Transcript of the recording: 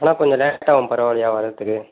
ஆனால் கொஞ்சம் லேட் பரவாயில்லையா வர்றதுக்கு